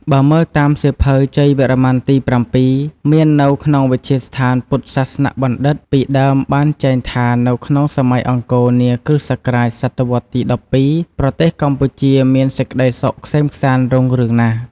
បើមើលតាម សៀវភៅជ័យវរ្ម័នទី៧ មាននៅក្នុងវិទ្យាស្ថានពុទ្ធសាសនបណ្ឌិត្យ ពីដើមបានចែងថានៅក្នុងសម័យអង្គរនា គ.ស សតវត្សរ៍ទី១២ ប្រទេសកម្ពុជា មានសេចក្តីសុខក្សេមក្សាន្តរុងរឿងណាស់។